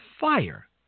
fire